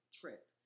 trip